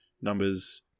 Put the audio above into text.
numbers